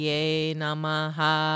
Namaha